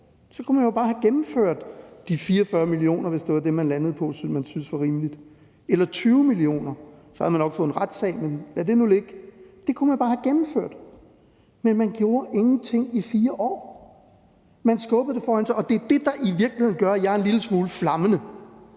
så kunne man jo bare have gennemført det med de 44 mio. kr., hvis det var det, man landede på man syntes var rimeligt, eller 20 mio. kr. Så havde man nok fået en retssag, men lad det nu ligge. Det kunne man bare have gennemført, men man gjorde ingenting i 4 år. Man skubbede det foran sig, og det er det, der i virkeligheden gør, at jeg er en lille smule flammende.